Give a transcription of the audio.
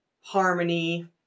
harmony